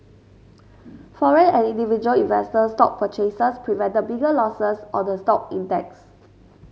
foreign and individual investor stock purchases prevented bigger losses on the stock index